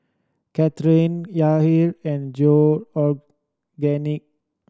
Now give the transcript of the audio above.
Kathryn Yahir and Georgiann